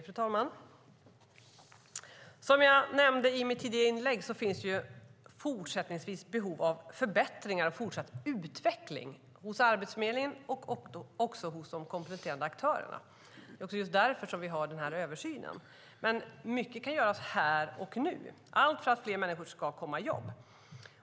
Fru talman! Som jag nämnde i mitt tidigare inlägg finns det fortsättningsvis behov av förbättringar och fortsatt utveckling hos Arbetsförmedlingen och också hos de kompletterande aktörerna. Det är just därför som vi gör översynen. Mycket kan dock göras här och nu, allt för att fler människor ska komma i jobb.